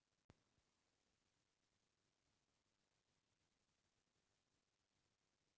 कोन कोन से फसल ला पानी पलोय के जरूरत नई परय?